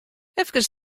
efkes